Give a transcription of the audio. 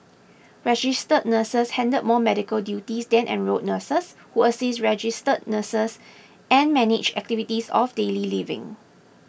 registered nurses handle more medical duties than enrolled nurses who assist registered nurses and manage activities of daily living